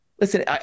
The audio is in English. Listen